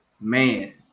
Man